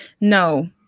No